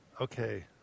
Okay